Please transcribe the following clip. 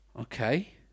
Okay